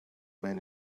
bend